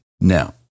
Now